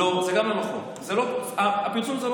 וזה פורסם.